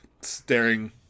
staring